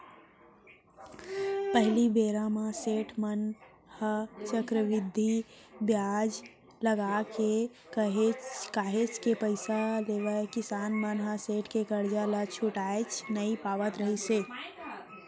पहिली बेरा म सेठ मन ह चक्रबृद्धि बियाज लगाके काहेच के पइसा लेवय किसान मन ह सेठ के करजा ल छुटाएच नइ पावत रिहिस हे